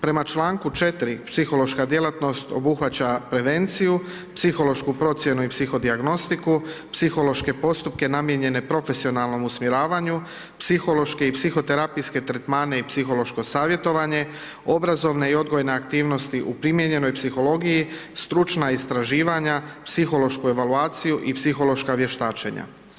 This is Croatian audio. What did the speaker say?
Prema čl. 4. psihološka djelatnost obuhvaća prevenciju, psihološku procjenu i psiho dijagnostiku, psihološke postupke namijenjene profesionalnom usmjeravanju, psihološke i psihoterapijske tretmane i psihološko savjetovanje, obrazovne i odgojne aktivnosti u primijenjenoj psihologiji, stručna istraživanja, psihološku evaluaciju i psihološka vještačenja.